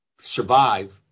survive